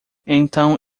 então